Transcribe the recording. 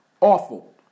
Awful